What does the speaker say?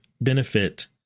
benefit